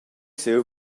siu